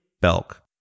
Belk